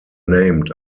named